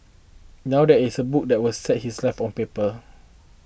now there is a book that will set his life on paper